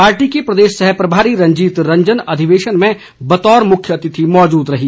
party की प्रदेश सह प्रभारी रंजीता रंजन अधिवेशन में बतौर मुख्य अतिथि मौजूद रहीं